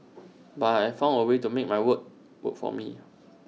but I found A way to make my weight work for me